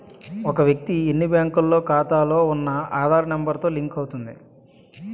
ఒక వ్యక్తి ఎన్ని బ్యాంకుల్లో ఖాతాలో ఉన్న ఆధార్ నెంబర్ తో లింక్ అవుతుంది